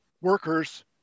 workers